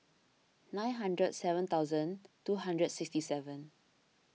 nine hundred and seven thousand two hundred and sixty seven